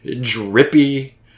drippy